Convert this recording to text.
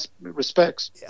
respects